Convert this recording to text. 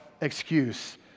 excuse